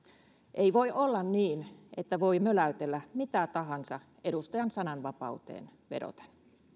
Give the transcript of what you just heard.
ei voi olla niin että voi möläytellä mitä tahansa edustajan sananvapauteen vedoten